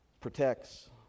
protects